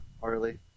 Harley